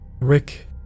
Rick